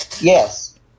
Yes